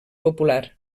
popular